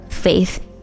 Faith